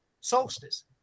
solstice